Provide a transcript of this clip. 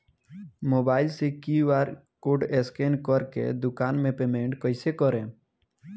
Mobile से QR code scan कर के दुकान मे पेमेंट कईसे करेम?